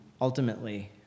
ultimately